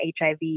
HIV